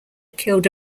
killed